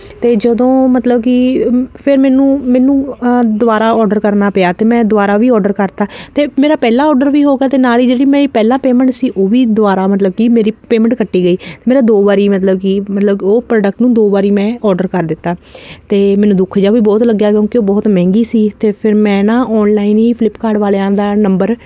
ਤੇ ਜਦੋਂ ਮਤਲਬ ਕਿ ਫਿਰ ਮੈਨੂੰ ਮੈਨੂੰ ਦੁਬਾਰਾ ਆਡਰ ਕਰਨਾ ਪਿਆ ਤੇ ਮੈਂ ਦੁਬਾਰਾ ਵੀ ਆਡਰ ਕਰਤਾ ਤੇ ਮੇਰਾ ਪਹਿਲਾਂ ਆਡਰ ਵੀ ਹੋ ਗਿਆ ਤੇ ਨਾਲ ਹੀ ਜਿਹੜੀ ਮੇਰੀ ਪਹਿਲਾਂ ਪੇਮੈਂਟ ਸੀ ਉਹ ਵੀ ਦੁਬਾਰਾ ਮਤਲਬ ਕਿ ਮੇਰੀ ਪੇਮੈਂਟ ਕੱਟੀ ਗਈ ਮੇਰਾ ਦੋ ਵਾਰੀ ਮਤਲਬ ਕਿ ਮਤਲਬ ਉਹ ਪ੍ਰੋਡਕਟ ਨੂੰ ਦੋ ਵਾਰੀ ਮੈਂ ਆਰਡਰ ਕਰ ਦਿੱਤਾ ਤੇ ਮੈਨੂੰ ਦੁੱਖ ਜਾ ਵੀ ਬਹੁਤ ਲੱਗਿਆ ਕਿਉਂਕਿ ਉਹ ਬਹੁਤ ਮਹਿੰਗੀ ਸੀ ਤੇ ਫਿਰ ਮੈਂ ਨਾ ਆਨਲਾਈਨ ਹੀ ਫਲਿਪਕਾਰਟ ਵਾਲਿਆਂ ਦਾ ਨੰਬਰ